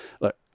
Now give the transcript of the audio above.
look